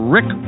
Rick